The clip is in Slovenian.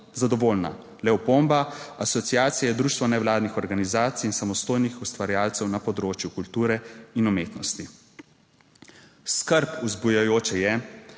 zadovoljna le opomba Asociacije društva nevladnih organizacij in samostojnih ustvarjalcev na področju kulture in umetnosti. Skrb vzbujajoče je,